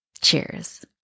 Cheers